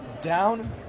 down